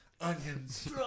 onions